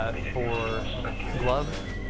ah for glove,